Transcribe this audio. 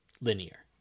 linear